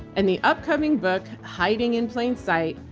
and the upcoming book, hiding in plain sight,